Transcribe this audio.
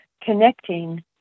connecting